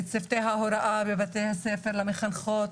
לצוותי ההוראה בבתי הספר, למחנכות